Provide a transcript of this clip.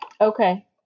Okay